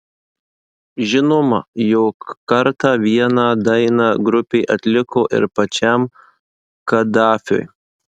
žinoma jog kartą vieną dainą grupė atliko ir pačiam kadafiui